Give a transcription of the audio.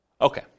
Okay